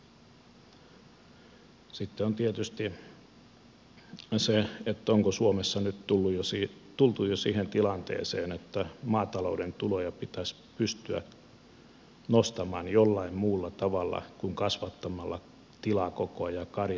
sitten on tietysti se onko suomessa nyt tultu jo siihen tilanteeseen että maatalouden tuloja pitäisi pystyä nostamaan jollain muulla tavalla kuin kasvattamalla tilakokoa ja karjakokoa